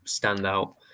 standout